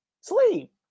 sleep